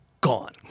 gone